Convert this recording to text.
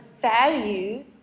value